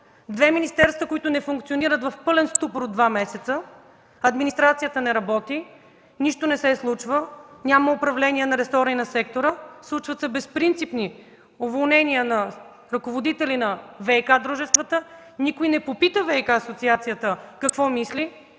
Две министерства, които не функционират, в пълен ступор от два месеца – администрацията не работи, нищо не се случва, няма управление на ресора и на сектора. Случват се безпринципни уволнения на ръководители на ВиК-дружествата. Никой не попита ВиК-асоциацията какво мисли,